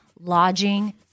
lodging